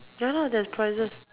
ya lor there's prizes